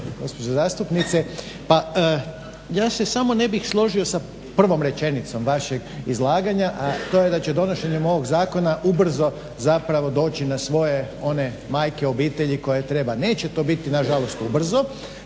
gospođe zastupnice. Pa ja se samo ne bih složio sa prvom rečenicom vašeg izlaganja a to je da će donošenjem ovog zakona ubrzo zapravo doći na svoje one majke, obitelji, koje treba. Neće to biti nažalost ubrzo.